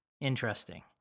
Interesting